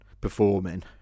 performing